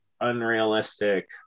unrealistic